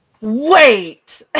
Wait